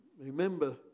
Remember